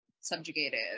subjugated